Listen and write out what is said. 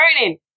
burning